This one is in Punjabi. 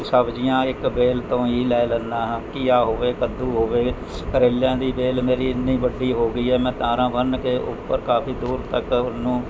ਸਬਜ਼ੀਆਂ ਇੱਕ ਵੇਲ ਤੋਂ ਹੀ ਲੈ ਲੈਂਦਾ ਹਾਂ ਘੀਆ ਹੋਵੇ ਕੱਦੂ ਹੋਵੇ ਕਰੇਲਿਆਂ ਦੀ ਵੇਲ ਮੇਰੀ ਇੰਨੀ ਵੱਡੀ ਹੋ ਗਈ ਹੈ ਮੈਂ ਤਾਰਾਂ ਬੰਨ ਕੇ ਉੱਪਰ ਕਾਫ਼ੀ ਦੂਰ ਤੱਕ ਓਹਨੂੰ